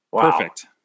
Perfect